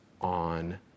on